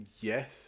Yes